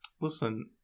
Listen